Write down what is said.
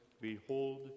Behold